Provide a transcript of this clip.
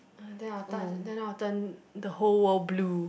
uh then I will touch then I will turn the whole world blue